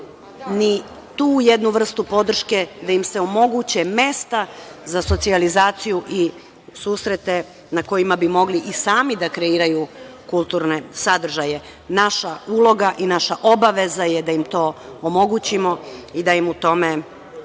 ni tu jednu vrstu podrške da im se omoguće mesta za socijalizaciju i susrete na kojima bi mogli i sami da kreiraju kulturne sadržaje. Naša uloga i naša obaveza je da im to omogućimo i da im u tome